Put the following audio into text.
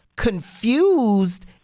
confused